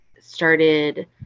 started